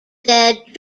dead